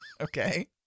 okay